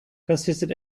consisted